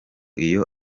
iyo